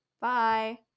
Bye